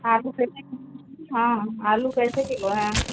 आलू हाँ आलू कैसे किलो हैं